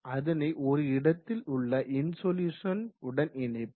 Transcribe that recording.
அதனை ஒரு இடத்தில் உள்ள இன்சொலுசன் உடன் இணைப்போம்